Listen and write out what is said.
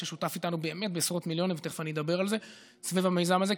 ששותף איתנו בעשרות מיליונים סביב המיזם הזה,